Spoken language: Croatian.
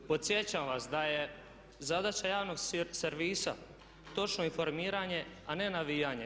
Podsjećam vas da je zadaća javnog servisa točno informiranje, a ne navijanje.